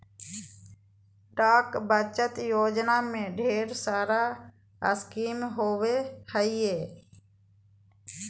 डाक बचत योजना में ढेर सारा स्कीम होबो हइ